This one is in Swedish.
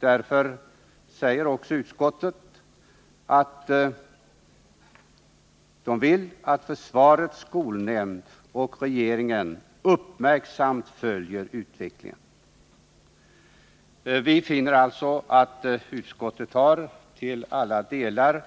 Därför säger också utskottet att man vill att försvarets skolnämnd och regeringen uppmärksamt följer utvecklingen. Vi finner alltså att utskottet till alla delar